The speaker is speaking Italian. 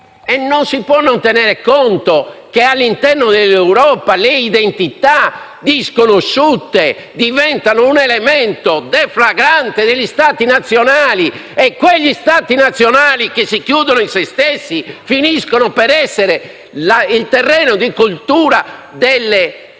Non si può non tenere conto che all'interno dell'Europa le identità disconosciute diventano un elemento deflagrante degli Stati nazionali e che gli Stati nazionali che si chiudono in se stessi finiscono per essere terreno di coltura delle teorie